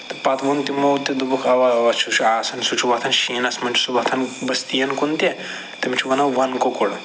تہٕ پَتہٕ ووٚن تِمَو تہِ دوٚپُکھ اَوا اَوا سُہ چھُ آسان سُہ چھُ وۄتھان شیٖنَس منٛز چھُ سُہ وۄتھان بٔستِین کُن تہِ تٔمِس چھِ وَنان وَنہٕ کۄکُر